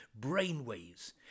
brainwaves